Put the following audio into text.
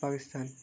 Pakistan